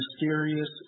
mysterious